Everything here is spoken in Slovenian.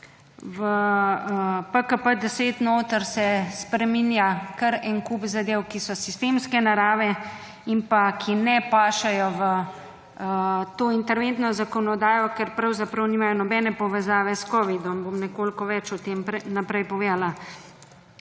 v PKP10 notri se spreminja kar en kup zadev, ki so sistemske narave in pa ki ne pašejo v to interventno zakonodajo, ker pravzaprav nimajo nobene povezave s kovidom. Bom nekoliko več naprej povedala.